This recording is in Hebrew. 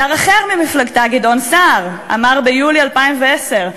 שר אחר ממפלגתה, גדעון סער, אמר ביולי 2010: